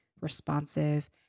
responsive